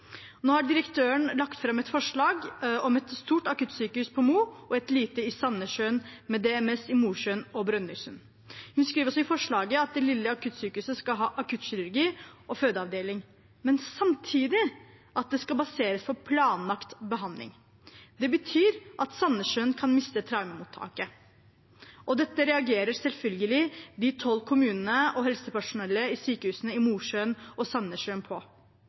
Nå har direktøren lagt fram et forslag om et stort akuttsykehus på Mo, et lite i Sandnessjøen og DMS i Mosjøen og Brønnøysund. Hun skriver også i forslaget at det lille akuttsykehuset skal ha akuttkirurger og fødeavdeling, men samtidig at det skal baseres på planlagt behandling. Det betyr at Sandnessjøen kan miste traumemottaket. Dette reagerer selvfølgelig de tolv kommunene og helsepersonellet på sykehusene i Mosjøen og Sandnessjøen på.